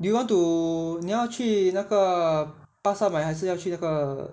do you want to 你要去那个巴刹买还是要去那个